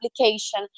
application